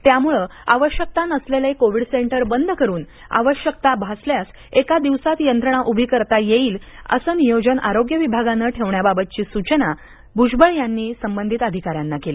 त्यामुळे आवश्यकता नसलेले कोविड सेंटर बंद करुन आवश्यकता भासल्यास एका दिवसात यंत्रणा उभी करता येईल असं नियोजन आरोग्य विभागानं ठेवण्याबाबतची सूचना भूजबळ यांनी संबंधित अधिकाऱ्यांना केली